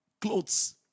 clothes